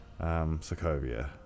Sokovia